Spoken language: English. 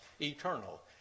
eternal